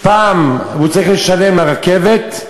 פעם הוא צריך לשלם לרכבת,